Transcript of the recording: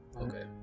okay